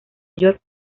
york